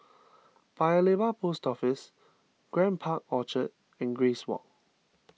Paya Lebar Post Office Grand Park Orchard and Grace Walk